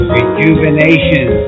Rejuvenation